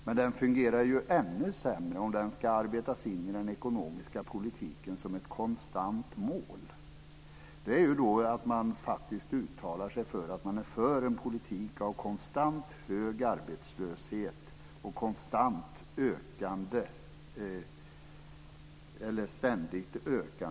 Men den fungerar ju ännu sämre om den ska arbetas in i den ekonomiska politiken som ett konstant mål. Det är faktiskt att uttala sig för att man är för en politik av konstant hög arbetslöshet och ständigt ökande sociala klyftor.